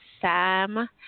Sam